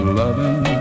loving